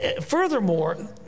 furthermore